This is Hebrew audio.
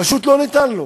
פשוט לא ניתן לו.